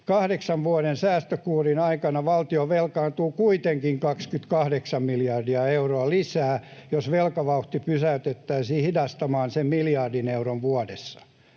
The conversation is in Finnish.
kahdeksan vuoden säästökuurin aikana valtio velkaantuu kuitenkin 28 miljardia euroa lisää, jos velkavauhti pysäytettäisiin hidastumaan miljardilla eurolla vuodessa.